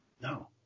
No